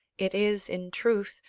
it is, in truth,